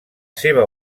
seva